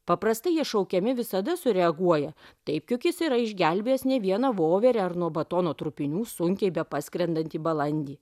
paprastai jie šaukiami visada sureaguoja taip kiukis yra išgelbėjęs ne vieną voverę ar nuo batono trupinių sunkiai bepaskrendantį balandį